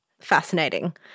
Fascinating